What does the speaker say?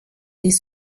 des